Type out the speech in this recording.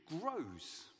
grows